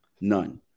None